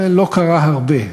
ולא קרה הרבה,